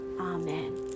Amen